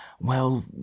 Well